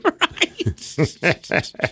Right